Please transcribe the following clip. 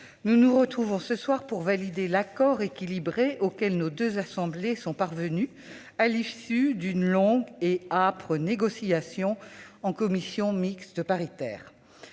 nous nous retrouvons ce soir pour valider l'accord équilibré auquel nos deux assemblées sont parvenues, à l'issue d'une longue et âpre négociation en commission mixte paritaire.